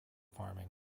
farming